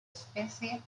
especie